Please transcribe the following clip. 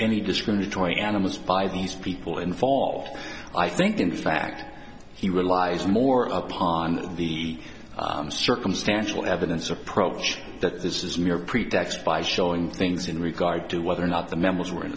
any discriminatory animus by these people involved i think in fact he relies more upon the circumstantial evidence approach that this is a mere pretext by showing things in regard to whether or not the memos were in